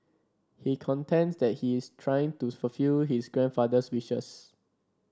he contends that he is trying to fulfil his grandfather's wishes